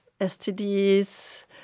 STDs